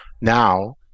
now